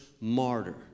Martyr